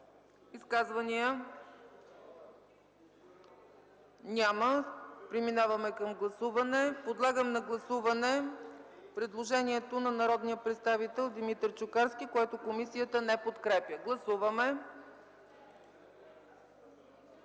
Изказвания? Няма. Преминаваме към гласуване. Подлагам на гласуване предложението на народния представител Димитър Чукарски, което комисията не подкрепя. Гласуваме.